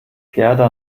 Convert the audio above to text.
gerda